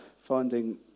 finding